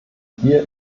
wir